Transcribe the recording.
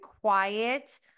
quiet